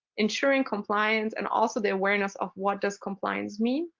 ensuring compliance and also the awareness of what does compliance mean,